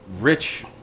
rich